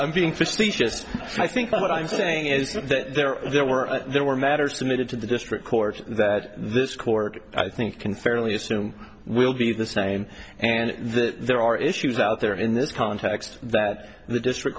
i'm being facetious i think what i'm saying is that there were there were matters submitted to the district court that this court i think can fairly assume will be the same and the there are issues out there in this context that the district